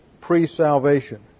pre-salvation